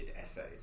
essays